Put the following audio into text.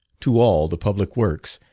to all the public works,